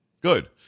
Good